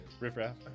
riffraff